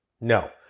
No